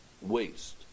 waste